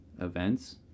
events